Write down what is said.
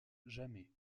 jamais